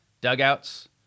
dugouts